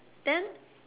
then